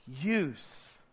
use